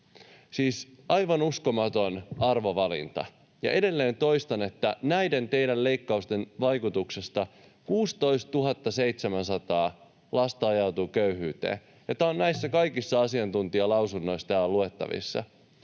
Siis aivan uskomaton arvovalinta. Ja edelleen toistan, että näiden teidän leikkaustenne vaikutuksesta 16 700 lasta ajautuu köyhyyteen, ja tämä on näistä kaikista asiantuntijalausunnoista luettavissa.